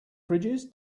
fridges